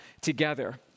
together